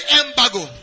embargo